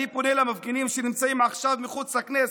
אני פונה למפגינים שנמצאים עכשיו מחוץ לכנסת,